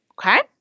Okay